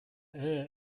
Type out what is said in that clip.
err